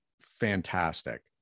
fantastic